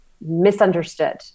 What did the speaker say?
misunderstood